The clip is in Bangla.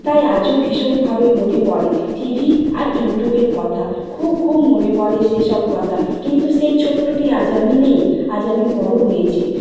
তাই আজও ভীষণভাবে মনে পড়ে টিভির আর ইউট্যুবের কথা খুব খুব মনে পড়ে সেই সব কতা কিন্তু সেই ছোট্টটি আজ আমি নেই আজ আমি বড়ো হয়েছি